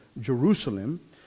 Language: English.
Jerusalem